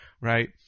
right